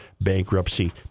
bankruptcy